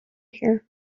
here